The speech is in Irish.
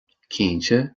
cinnte